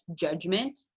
judgment